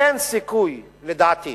אין סיכוי, לדעתי,